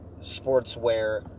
sportswear